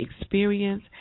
experience